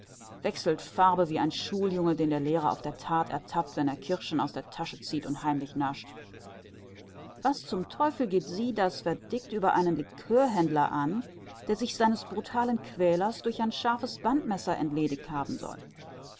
wechselt farbe wie ein schuljunge den der lehrer auf der that ertappt wie er kirschen aus der tasche zieht und heimlich nascht was zum teufel geht sie das verdict über einen liqueurhändler an der sich seines brutalen quälers durch ein scharfes bandmesser entlediget haben soll